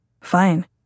fine